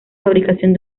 fabricación